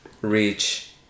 reach